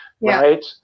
right